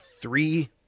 three